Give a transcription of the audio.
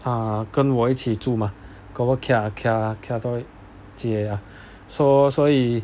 啊跟我一起住吗 ah 所以